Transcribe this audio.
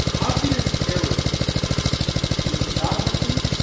obvious errors in geography,